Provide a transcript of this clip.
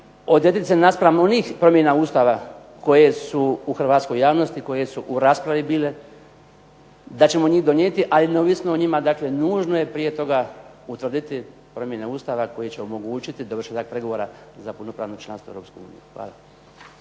odredit se naspram onih promjena Ustava koje su u hrvatskoj javnosti, koje su u raspravi bile, da ćemo njih donijeti. Ali neovisno o njima, dakle nužno je prije toga utvrditi promjene Ustava koje će omogućiti dovršetak pregovora za punopravno članstvo u Europskoj uniji. Hvala.